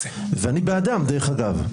ואני בעדן דרך אגב,